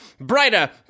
brighter